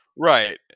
Right